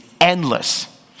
endless